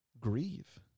grieve